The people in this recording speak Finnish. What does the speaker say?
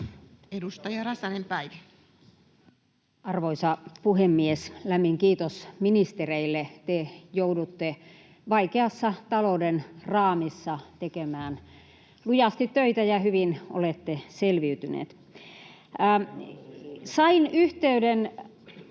10:19 Content: Arvoisa puhemies! Lämmin kiitos ministereille. Te joudutte vaikeassa talouden raamissa tekemään lujasti töitä ja hyvin olette selviytyneet. [Markus Lohen